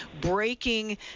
breaking